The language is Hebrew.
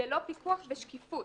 ללא פיקוח ושקיפות.